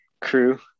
crew